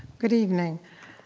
good evening.